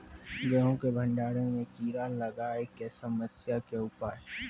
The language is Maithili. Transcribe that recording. गेहूँ के भंडारण मे कीड़ा लागय के समस्या के उपाय?